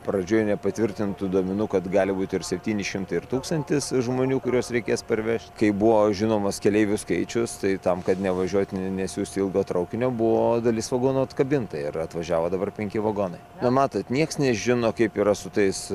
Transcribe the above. pradžioj nepatvirtintų duomenų kad gali būt ir septyni šimtai ir tūkstantis žmonių kuriuos reikės parvežt kai buvo žinomas keleivių skaičius tai tam kad nevažiuot ne nesiųst ilgo traukinio buvo dalis vagonų atkabinta ir atvažiavo dabar penki vagonai na matot nieks nežino kaip yra su tais